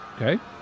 Okay